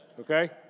Okay